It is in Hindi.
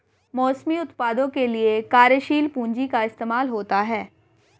मौसमी उत्पादों के लिये कार्यशील पूंजी का इस्तेमाल होता है